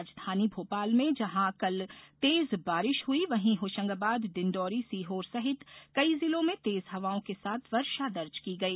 राजधानी भोपाल में जहां कल तेज बारिश हुई वहीं होशंगाबाद डिंडौरी सीहोर सहित कई जिलों में तेज हवाओं के साथ वर्षा दर्ज की गई